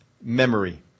memory